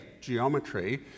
geometry